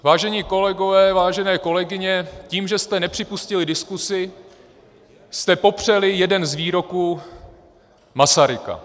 Vážení kolegové, vážené kolegyně, tím že jste nepřipustili diskusi, jste popřeli jeden z výroků Masaryka.